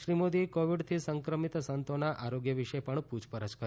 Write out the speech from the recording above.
શ્રી મોદીએ કોવિડથી સંક્રમિત સંતોના આરોગ્ય વિશે પણ પૂછપરછ કરી